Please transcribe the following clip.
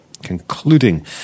concluding